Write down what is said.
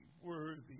worthy